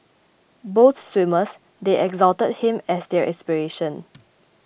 both swimmers they exalted him as their inspiration